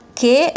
che